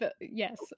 Yes